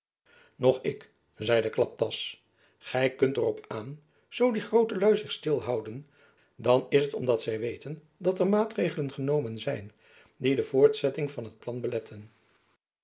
noch ik zeide klaptas gy kunt er op aan zoo die groote lui zich stil houden dan is het om dat zy weten dat er maatregelen genomen zijn die de voortzetting van het plan beletten